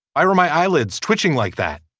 i read my eyelids twitching like that.